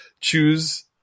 choose